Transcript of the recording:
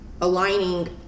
Aligning